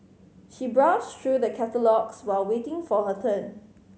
she browsed through the catalogues while waiting for her turn